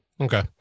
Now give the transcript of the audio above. Okay